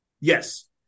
yes